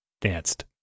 danced